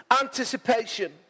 Anticipation